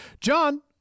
john